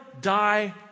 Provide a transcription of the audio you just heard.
die